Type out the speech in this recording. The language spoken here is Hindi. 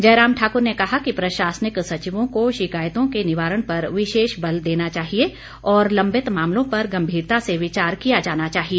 जयराम ठाकुर ने कहा कि प्रशासनिक सचिवों को शिकायतों के निवारण पर विशेष बल देना चाहिए और लंबित मामलों पर गंभीरता से विचार किया जाना चाहिए